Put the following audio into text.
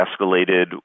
escalated